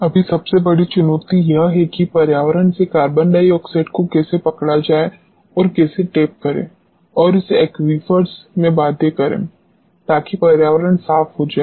अभी सबसे बड़ी चुनौती यह है कि पर्यावरण से कार्बन डाइऑक्साइड को कैसे पकड़ा जाए और इसे कैसे टैप करें और इसे एक्वीफर्स में बाध्य करें ताकि पर्यावरण साफ हो जाए